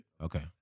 Okay